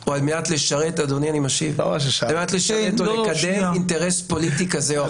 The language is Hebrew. או על מנת לשרת או לקדם אינטרס פוליטי כזה או אחר.